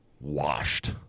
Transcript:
washed